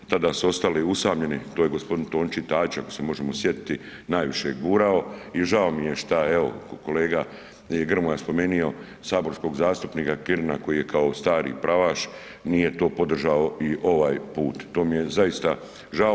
Tada su ostali usamljeni, to je gospodin Tonči … ako se možemo sjetiti najviše gurao i žao mi je šta evo kolega Grmoja je spomenuo saborskog zastupnika Kirina koji je kao stari pravaš nije to podržao i ovaj put, to mi je zaista žao.